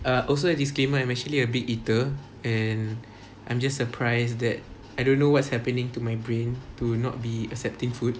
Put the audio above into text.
err also a disclaimer I'm actually a big eater and I'm just surprised that I don't know what's happening to my brain to not be accepting food